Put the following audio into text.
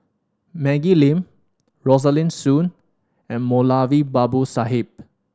Maggie Lim Rosaline Soon and Moulavi Babu Sahib